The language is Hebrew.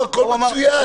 הכול מצוין,